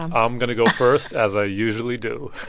i'm um going to go first, as i usually do